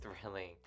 thrilling